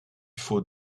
faut